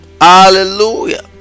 Hallelujah